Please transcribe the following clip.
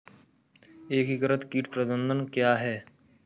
एकीकृत कीट प्रबंधन क्या है?